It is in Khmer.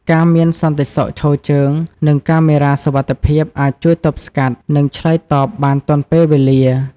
ការមានសន្តិសុខឈរជើង និងកាមេរ៉ាសុវត្ថិភាពអាចជួយទប់ស្កាត់ និងឆ្លើយតបបានទាន់ពេលវេលា។